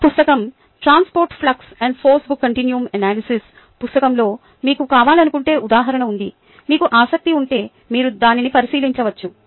నా పుస్తకం transport flux మరియు ఫోర్స్ బుక్ కాంటినమ్ అనాలిసిస్ పుస్తకంలో మీకు కావాలనుకుంటే ఉదాహరణ ఉంది మీకు ఆసక్తి ఉంటే మీరు దాన్ని పరిశీలించవచ్చు